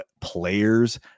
players